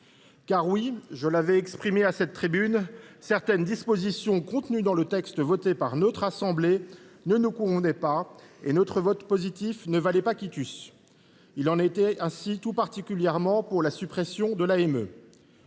comme je l’avais exprimé à cette tribune, certaines dispositions contenues dans le texte voté par notre assemblée ne nous convenaient pas, et notre vote positif ne valait pas. Il en était ainsi tout particulièrement de la suppression de l’AME.